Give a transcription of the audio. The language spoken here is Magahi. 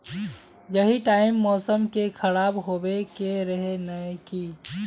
यही टाइम मौसम के खराब होबे के रहे नय की?